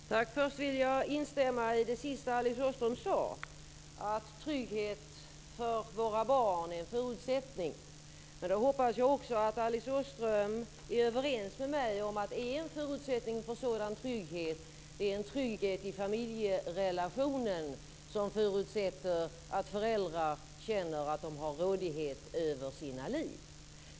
Fru talman! Först vill jag instämma i det sista som Alice Åström sade, att trygghet för våra barn är en förutsättning. Men då hoppas jag också att Alice Åström är överens med mig om att en förutsättning för sådan trygghet är en trygghet i familjerelationen, som förutsätter att föräldrar känner att de har rådighet över sina liv.